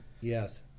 yes